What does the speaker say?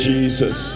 Jesus